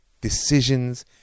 decisions